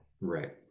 Right